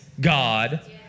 god